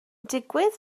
digwydd